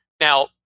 Now